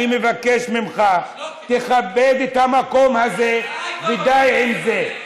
אני מבקש ממך, תכבד את המקום הזה, ודי עם זה.